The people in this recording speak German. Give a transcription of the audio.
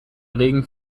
regen